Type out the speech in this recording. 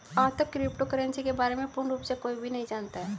आजतक crypto currency के बारे में पूर्ण रूप से कोई भी नहीं जानता है